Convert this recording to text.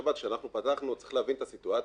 צריך להבין את הסיטואציה.